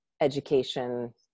education